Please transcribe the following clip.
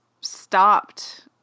stopped